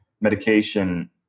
medication